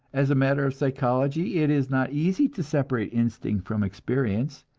as a matter of psychology, it is not easy to separate instinct from experience,